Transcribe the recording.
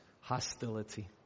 hostility